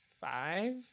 five